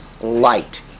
light